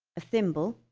a thimble,